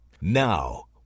Now